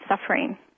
suffering